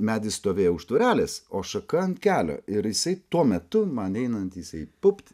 medis stovėjo už tvorelės o šaka ant kelio ir jisai tuo metu man einant jisai pupt